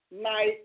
night